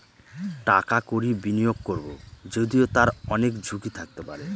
টাকা কড়ি বিনিয়োগ করবো যদিও তার অনেক ঝুঁকি থাকতে পারে